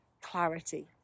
clarity